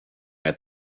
mehr